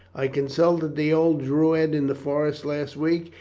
i consulted the old druid in the forest last week,